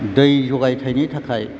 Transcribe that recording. दै जगायथायनि थाखाय